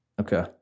Okay